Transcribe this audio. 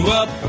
up